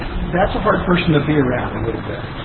that's a hard person to be around, a little bit.